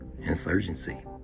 insurgency